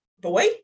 boy